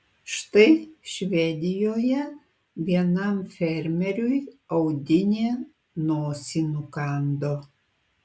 štai švedijoje vienam fermeriui audinė nosį nukando